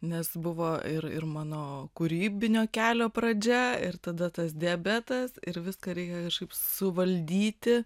nes buvo ir ir mano kūrybinio kelio pradžia ir tada tas diabetas ir viską reikia kažkaip suvaldyti